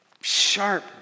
sharp